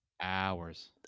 hours